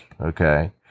okay